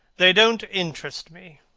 they don't interest me.